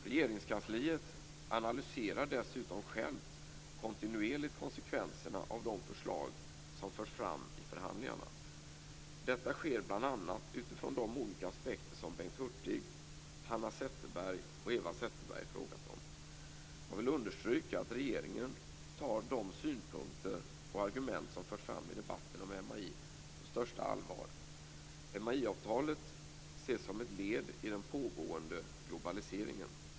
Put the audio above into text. Regeringskansliet analyserar dessutom självt kontinuerligt konsekvenserna av de förslag som förs fram i förhandlingarna. Detta sker bl.a. utifrån de olika aspekter som Bengt Hurtig, Hanna Zetterberg och Eva Zetterberg frågat om. Jag vill understryka att regeringen tar de synpunkter och argument som förts fram i debatten om MAI på största allvar. MAI-avtalet ses som ett led i den pågående globaliseringen.